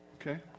okay